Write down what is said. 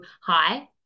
Hi